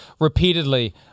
repeatedly